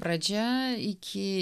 pradžia iki